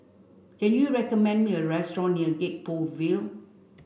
can you recommend me a restaurant near Gek Poh Ville